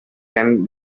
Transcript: can